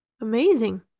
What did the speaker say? Amazing